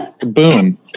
Boom